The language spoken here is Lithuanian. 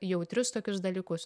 jautrius tokius dalykus